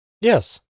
Yes